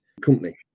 company